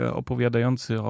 opowiadający